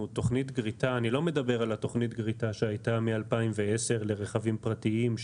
אני לא מדבר על תוכנית גריטה שהייתה מ-2010 לרכבי בנזין פרטיים.